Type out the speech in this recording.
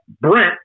Brent